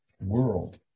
world